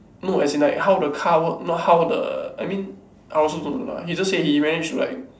no as in like how the car work not how the I mean I also don't know lah he just say he managed to like